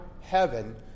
heaven